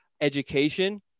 education